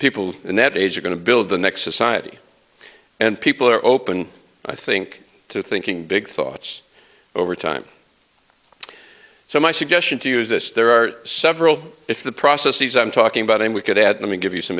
people in that age are going to build the next society and people are open i think to thinking big thoughts over time so my suggestion to use this there are several if the processes i'm talking about and we could add them and give you some